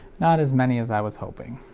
not as many as i was hoping.